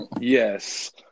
Yes